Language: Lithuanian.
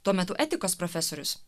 tuo metu etikos profesorius